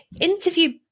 interview